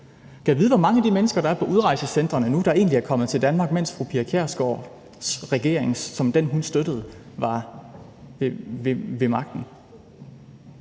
Gad vide, hvor mange af de mennesker, der er på udrejsecentrene nu, der egentlig er kommet til Danmark, mens fru Pia Kjærsgaards regering – den, hun støttede – var ved magten.